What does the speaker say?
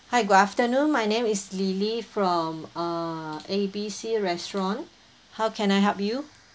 hi good afternoon my name is lily from uh A B C restaurant how can I help you